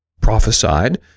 prophesied